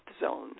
zone